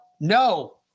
no